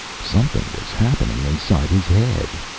something was happening inside his head.